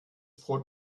brot